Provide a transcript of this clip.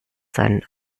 seinen